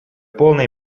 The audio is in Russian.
полной